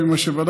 לפי מה שבדקתי,